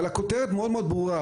אבל הכותרת מאד מאד ברורה.